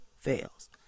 fails